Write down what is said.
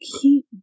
keep